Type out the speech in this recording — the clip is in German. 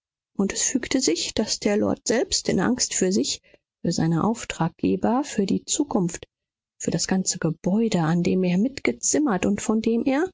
und es fügte sich daß der lord selbst in angst für sich für seine auftraggeber für die zukunft für das ganze gebäude an dem er mitgezimmert und von dem er